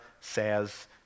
says